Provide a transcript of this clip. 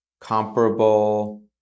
comparable